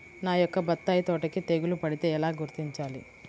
నా యొక్క బత్తాయి తోటకి తెగులు పడితే ఎలా గుర్తించాలి?